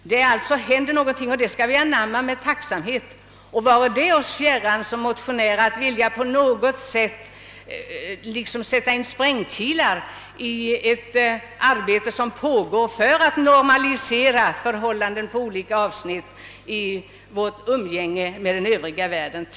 Det händer alltså någonting, och det skall vi notera med tacksamhet. Vare det oss motionärer fjärran att på något sätt vilja sätta in sprängkilar i ett arbete som pågår för att normalisera förhållandena på olika avsnitt i vårt umgänge med den övriga världen.